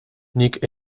nik